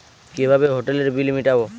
কিভাবে হোটেলের বিল মিটাব?